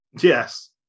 Yes